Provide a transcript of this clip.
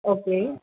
okay